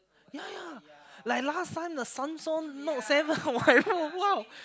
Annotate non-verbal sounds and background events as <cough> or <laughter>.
ya ya like last time the Samsung-Note seven <laughs> !wow!